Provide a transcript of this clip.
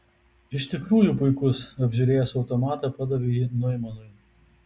iš tikrųjų puikus apžiūrėjęs automatą padavė jį noimanui